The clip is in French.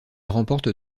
remporte